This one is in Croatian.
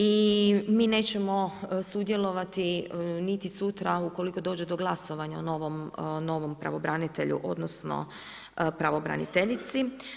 I mi nećemo sudjelovati niti sutra ukoliko dođe do glasovanja o novom pravobranitelju, odnosno pravobraniteljici.